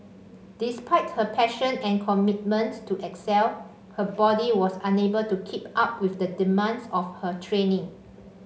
despite her passion and commitment to excel her body was unable to keep up with the demands of her training